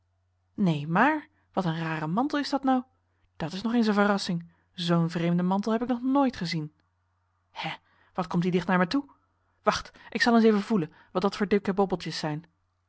neen maar wat een rare mantel is dat nou dat is nog eens een verrassing zoo'n vreemden mantel heb ik nog nooit gezien hè wat komt die dicht naar me toe wacht ik zal eens even voelen wat dat voor dikke bobbeltjes zijn